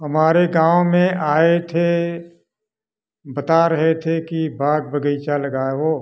हमारे गांव में आए थे बता रहे थे कि बाग बगीचा लगाओ